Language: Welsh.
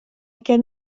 gen